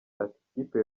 ati“ikipe